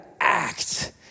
act